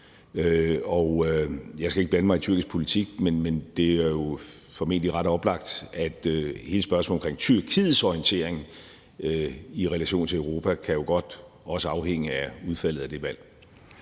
Jeg skal ikke blande mig i tyrkisk politik, men det er jo formentlig ret oplagt, at hele spørgsmålet om Tyrkiets orientering i relation til Europa også godt kan afhænge af udfaldet af det valg.